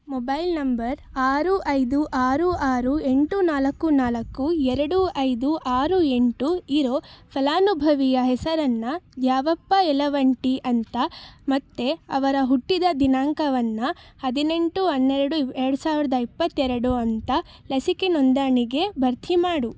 mobile number ಆರು ಐದು ಆರು ಆರು ಎಂಟು ನಾಲ್ಕು ನಾಲ್ಕು ಎರಡು ಐದು ಆರು ಎಂಟು ಇರೋ ಫಲಾನುಭವಿಯ ಹೆಸರನ್ನು ದ್ಯಾವಪ್ಪ ಯಲವಂಟಿ ಅಂತ ಮತ್ತೆ ಅವರ ಹುಟ್ಟಿದ ದಿನಾಂಕವನ್ನು ಹದಿನೆಂಟು ಹನ್ನೆರಡು ಎರಡು ಸಾವಿರದ ಇಪ್ಪತ್ತೆರಡು ಅಂತ ಲಸಿಕೆ ನೋಂದಣಿಗೆ ಭರ್ತಿ ಮಾಡು